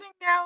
now